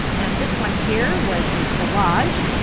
and this one here was a collage,